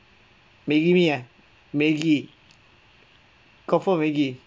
maggi mee ah maggi comfort maggi